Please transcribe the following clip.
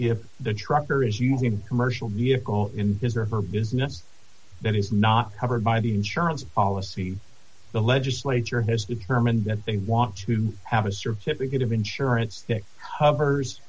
if the trucker is using commercial vehicle in his or her business that is not covered by the insurance policy the legislature has determined that they want to have a certificate of insurance tha